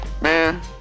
man